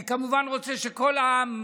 אני כמובן רוצה שכל העם,